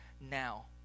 now